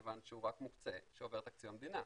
כיוון שהוא מוקצה רק כשעובר תקציב המדינה.